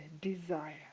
desire